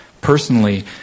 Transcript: personally